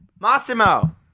Massimo